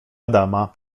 adama